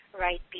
right